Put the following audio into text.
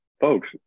folks